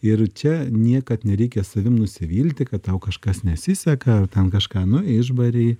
ir čia niekad nereikia savim nusivilti kad tau kažkas nesiseka ten kažką nu išbarei